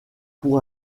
pour